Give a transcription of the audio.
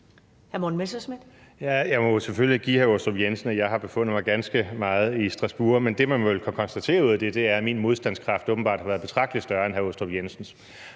Jensen, at jeg har befundet mig ganske meget i Strasbourg, men det, man vel kan konstatere ud af det, er, at min modstandskraft åbenbart har været betragtelig større end hr. Michael Aastrup Jensens.